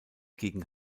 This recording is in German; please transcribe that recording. gegen